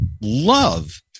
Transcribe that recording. love